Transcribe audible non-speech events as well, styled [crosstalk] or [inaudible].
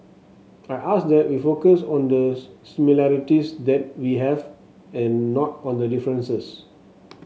I ask that we focus on the [unintelligible] similarities that we have and not on the differences